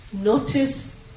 Notice